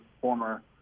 former